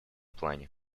плане